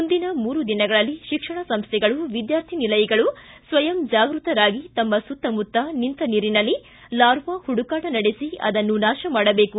ಮುಂದಿನ ಮೂರು ದಿನಗಳಲ್ಲಿ ಶಿಕ್ಷಣ ಸಂಸ್ಥೆಗಳು ವಿದ್ಯಾರ್ಥಿ ನಿಲಯಗಳು ಸ್ವಯಂ ಜಾಗೃತರಾಗಿ ತಮ್ಮ ಸುತ್ತ ಮುತ್ತ ನಿಂತ ನೀರಿನಲ್ಲಿ ಲಾರ್ವಾ ಹುಡುಕಾಟ ನಡೆಸಿ ಅದನ್ನು ನಾಶಮಾಡಬೇಕು